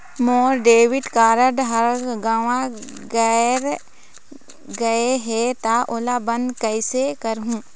मोर debit card हर गंवा गैर गए हे त ओला बंद कइसे करहूं?